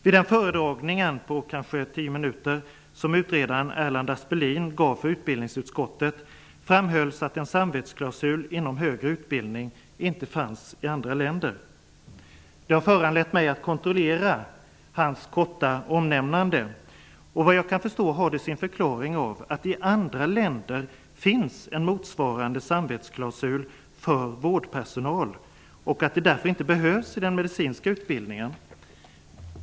Vid den föredragning på kanske 10 minuter som utredaren Erland Aspelin gav för utbildningsutskottet framhölls att en samvetsklausul inom högre utbildning inte fanns i andra länder. Det har föranlett mig att kontrollera hans korta omnämnande. Såvitt jag kan förstå har det sin förklaring i att i andra länder finns en motsvarande samvetsklausul för vårdpersonal och att den därför inte behövs i den medicinska utbildningen.